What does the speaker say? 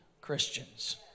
Christians